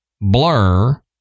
blur